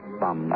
bum